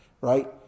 right